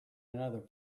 another